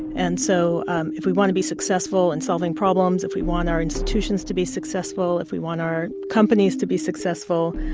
and so um if we want to be successful in solving problems, if we want our institutions to be successful, if we want our companies to be successful,